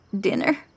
Dinner